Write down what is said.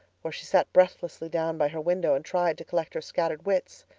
where she sat breathlessly down by her window and tried to collect her scattered wits.